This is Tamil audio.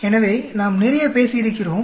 எனவே நாம் நிறைய பேசியிருக்கிறோம்